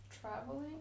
traveling